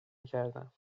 میکردم